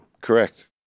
Correct